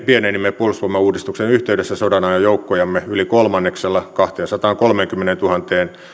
pienensimme puolustusvoimauudistuksen yhteydessä sodanajan joukkojamme yli kolmanneksella kahteensataankolmeenkymmeneentuhanteen